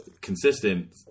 consistent